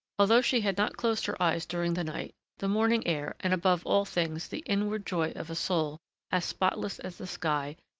although she had not closed her eyes during the night, the morning air, and above all things the inward joy of a soul as spotless as the sky,